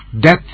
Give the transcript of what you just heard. Death